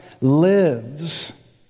lives